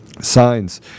signs